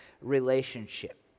relationship